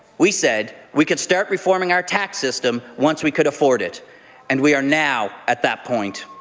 we said we could start reforming our tax system once we could afford it and we are now at that point.